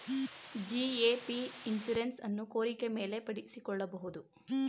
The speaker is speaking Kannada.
ಜಿ.ಎ.ಪಿ ಇನ್ಶುರೆನ್ಸ್ ಅನ್ನು ಕೋರಿಕೆ ಮೇಲೆ ಪಡಿಸಿಕೊಳ್ಳಬಹುದು